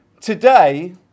Today